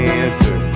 answer